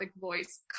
voice